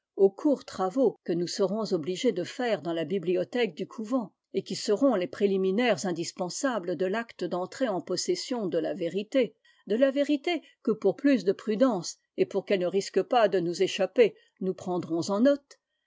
aux courts travaux que nous serons obligés de faire dans la bibliothèque du couvent et qui seront les préliminaires indispensables de l'acte d'entrée en possession de la vérité de la vérité que pour plus de prudence et pour qu'elle ne risque pas de nous échapper nous prendrons en note